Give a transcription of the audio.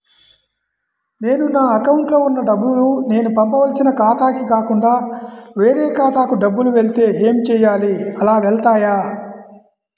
నేను నా అకౌంట్లో వున్న డబ్బులు నేను పంపవలసిన ఖాతాకి కాకుండా వేరే ఖాతాకు డబ్బులు వెళ్తే ఏంచేయాలి? అలా వెళ్తాయా?